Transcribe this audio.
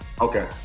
Okay